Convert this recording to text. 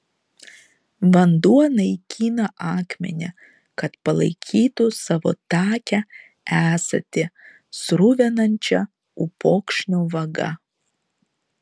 vanduo naikina akmenį kad palaikytų savo takią esatį sruvenančią upokšnio vaga